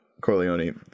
Corleone